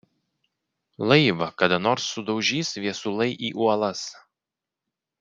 laivą kada nors sudaužys viesulai į uolas